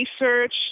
research